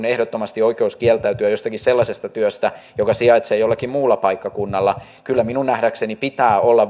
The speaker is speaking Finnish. ehdottomasti kieltäytyä jostakin sellaisesta työstä joka sijaitsee jollakin muulla paikkakunnalla kyllä minun nähdäkseni pitää olla